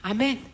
Amen